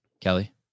kelly